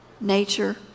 nature